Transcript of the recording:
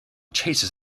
chases